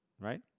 right